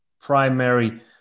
primary